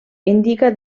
indica